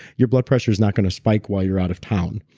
your blood pressures not going to spike while you're out of town,